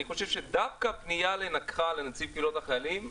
אני חושב שדווקא פנייה לנקח"ל נציב קבילות החיילים,